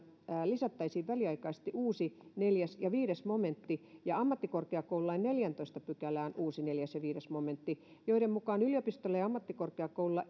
lisättäisiin väliaikaisesti uusi neljä ja viisi momentti ja ammattikorkeakoululain neljänteentoista pykälään uusi neljä ja viisi momentti joiden mukaan yliopistolla ja ammattikorkeakoululla